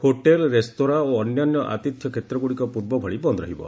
hotel restaurant ଓ ଅନ୍ୟାନ୍ୟ ଆତିଥ୍ୟ କ୍ଷେତ୍ରଗୁଡ଼ିକ ପୂର୍ବଭଳି ବନ୍ଦ୍ ରହିବ